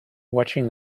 watching